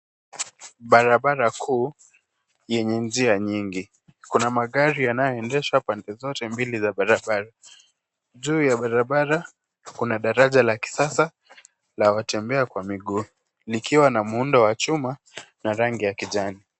Barabara kuu yenye manjia mingi, kuna magari yanayoendeshwa kwenye pande zote za barabara juu ya barabara kuna daraja ya kisasa la watembea kwa miguu likiwa na muundo wa chuma na rangi ya kijani.